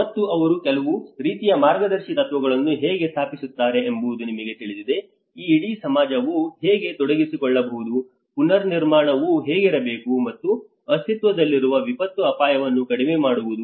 ಮತ್ತು ಅವರು ಕೆಲವು ರೀತಿಯ ಮಾರ್ಗದರ್ಶಿ ತತ್ವಗಳನ್ನು ಹೇಗೆ ಸ್ಥಾಪಿಸುತ್ತಾರೆ ಎಂಬುದು ನಿಮಗೆ ತಿಳಿದಿದೆ ಈ ಇಡೀ ಸಮಾಜವು ಹೇಗೆ ತೊಡಗಿಸಿಕೊಳ್ಳಬಹುದು ಪುನರ್ನಿರ್ಮಾಣವು ಹೇಗಿರಬೇಕು ಮತ್ತು ಅಸ್ತಿತ್ವದಲ್ಲಿರುವ ವಿಪತ್ತು ಅಪಾಯವನ್ನು ಕಡಿಮೆ ಮಾಡುವುದು